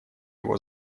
его